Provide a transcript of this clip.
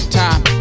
time